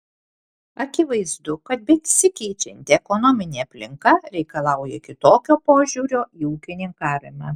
akivaizdu kad besikeičianti ekonominė aplinka reikalauja kitokio požiūrio į ūkininkavimą